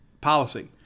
policy